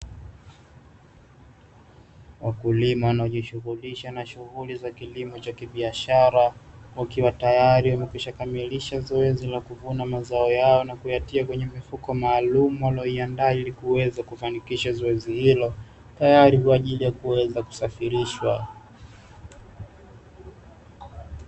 Wakulima wanaojishughulisha za kilimo cha kibiashara, wakiwa tayari wamekwishakamilisha zoezi la kuvuna mazao yao na kuyatia kwenye mifuko maalumu wanayoindaa, ili kufanikisha zoezi hilo tayari kwa ajili ya kuweza kusafirishwa.